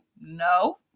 No